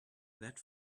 that